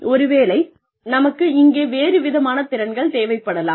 ஒருவேளை நமக்கு இங்கே வேறு விதமான திறன்கள் தேவைப்படலாம்